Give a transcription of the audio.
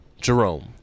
Jerome